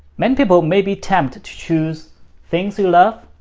many people may be tempted to choose things you love,